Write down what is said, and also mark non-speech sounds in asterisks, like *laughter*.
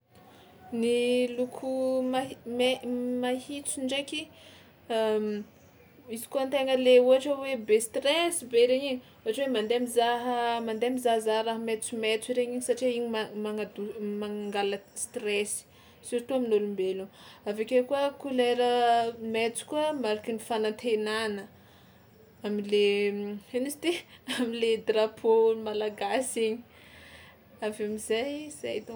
Ny loko mahi- mai- mahitso ndraiky *hesitation* izy koa an-tegna le ohatra hoe be stress be regny igny ohatra hoe mandeha mizaha mandeha mizahazaha raha maitsomaitso regny igny satria igny ma- magnado- mangalaky stress surtout amin'ny olombelona, avy akeo koa kolera maitso koa mariky ny fanantenana am'le ino moa izy ty *laughs* am'le drapeau-n'ny malagasy igny, avy eo am'zay zay dônko.